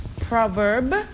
proverb